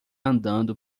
andando